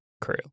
crew